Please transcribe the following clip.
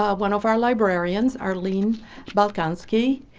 ah one of our librarians, arlene balkowski,